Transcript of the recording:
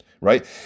right